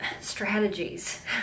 strategies